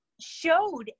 showed